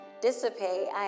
dissipate